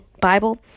bible